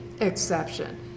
exception